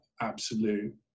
absolute